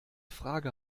frage